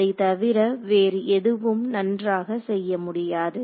அதை தவிர வேறு எதுவும் நன்றாக செய்ய முடியாது